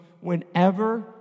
whenever